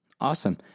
Awesome